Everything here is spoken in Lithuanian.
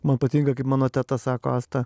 man patinka kai mano teta sako asta